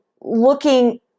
looking